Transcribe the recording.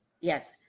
Yes